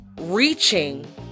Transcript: reaching